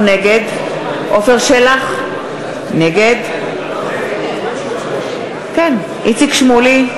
נגד עפר שלח, נגד איציק שמולי,